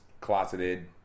closeted